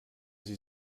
sie